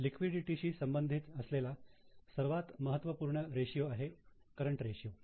लिक्विडिटीशी संबंधित असलेला सर्वात महत्वपूर्ण रेशियो आहे करंट रेशियो